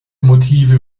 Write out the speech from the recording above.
motive